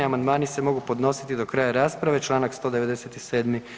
Amandmani se mogu podnositi do kraja rasprave čl. 197.